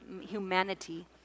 humanity